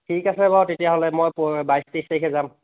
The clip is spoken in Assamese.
ঠিক আছে বাৰু তেতিয়াহ'লে মই প বাইছ তেইছ তাৰিখে যাম